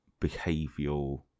behavioral